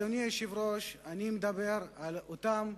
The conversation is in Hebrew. אני מדבר על אותה פעילות,